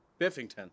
Biffington